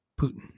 Putin